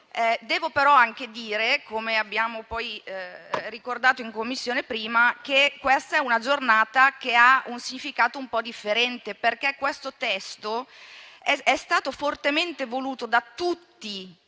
Devo però anche dire - come abbiamo poi ricordato in 1a Commissione - che questa è una Giornata che ha un significato un po' differente, perché il testo è stato fortemente voluto da tutti i